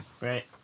Right